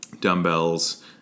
Dumbbells